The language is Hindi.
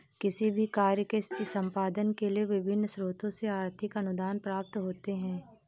किसी भी कार्य के संपादन के लिए विभिन्न स्रोतों से आर्थिक अनुदान प्राप्त होते हैं